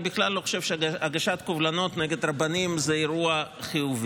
אני בכלל לא חושב שהגשת קובלנות נגד רבנים זה אירוע חיובי.